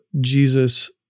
Jesus